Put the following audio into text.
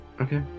okay